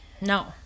no